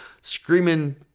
Screaming